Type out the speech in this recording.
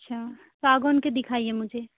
अच्छा सागौन के दिखाइए मुझे